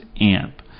amp